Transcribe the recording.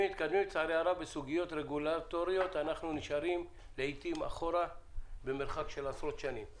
לצערי הרב בסוגיות רגולטוריות לעתים אנחנו